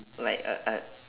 like a a